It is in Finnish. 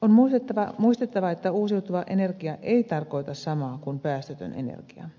on muistettava että uusiutuva energia ei tarkoita samaa kuin päästötön energia